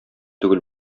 түгел